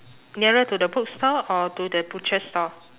nearer to the bookstore or to the butcher store